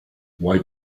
why